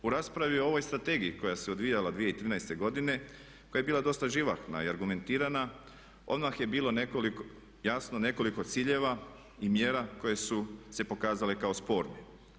U raspravi o ovoj strategiji koja se odvijala 2013.godine, koja je bila dosta živahna i argumentirana odmah je bilo jasno nekoliko ciljeva i mjera koje su se pokazale kao sporne.